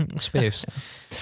space